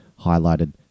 highlighted